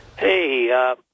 Hey